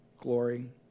Glory